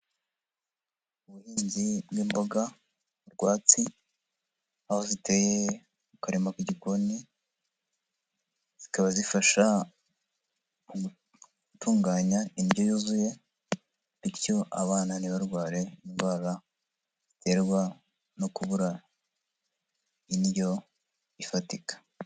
Ubuhinzi bw'imboga rwatsi aho ziteye mu karima k'igikoni, zikaba zifasha gutunganya indyo yuzuye bityo abana ntibarware indwara ziterwa no kubura indyo ifatika.